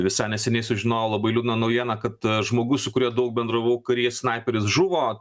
visai neseniai sužinojau labai liūdną naujieną kad žmogus su kuriuo daug bendravau kurys snaiperis žuvo